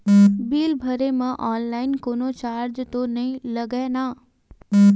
Bill भरे मा online कोनो चार्ज तो नई लागे ना?